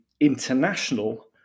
international